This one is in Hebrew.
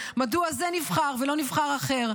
מדוע זה נבחר ולא נבחר אחר,